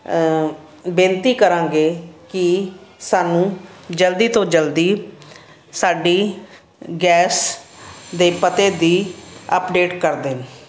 ਬੇਨਤੀ ਕਰਾਂਗੇ ਕਿ ਸਾਨੂੰ ਜਲਦੀ ਤੋਂ ਜਲਦੀ ਸਾਡੀ ਗੈਸ ਦੇ ਪਤੇ ਦੀ ਅਪਡੇਟ ਕਰ ਦੇਣ